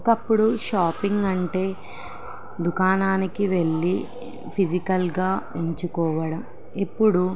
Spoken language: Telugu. ఒకప్పుడు షాపింగ్ అంటే దుకాణానికి వెళ్ళి ఫిజికల్గా ఎంచుకోవడం ఇప్పుడు